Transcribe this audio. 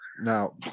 now